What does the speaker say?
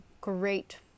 great